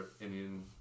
Indian